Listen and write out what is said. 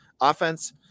offense